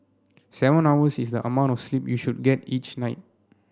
seven hours is the amount of sleep you should get each night